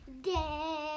day